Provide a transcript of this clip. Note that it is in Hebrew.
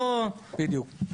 בדיוק.